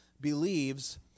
believes